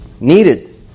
needed